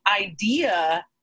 idea